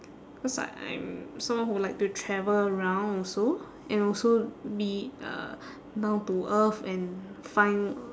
cause like I'm someone who like to travel around also and also be uh down to earth and find